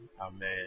amen